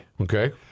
okay